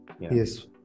Yes